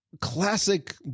classic